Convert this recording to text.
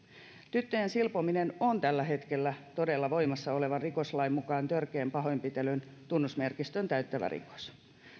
tyttöjen silpominen on tällä hetkellä todella voimassa olevan rikoslain mukaan törkeän pahoinpitelyn tunnusmerkistön täyttävä rikos